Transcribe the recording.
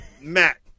Mac